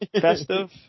festive